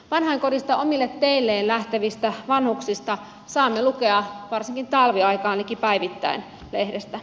vanhainkodista omille teilleen lähtevistä vanhuksista saamme lukea varsinkin talviaikaan liki päivittäin lehdestä